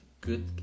good